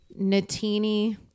Natini